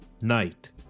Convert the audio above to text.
night